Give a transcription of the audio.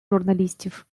журналістів